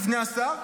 בפני השר.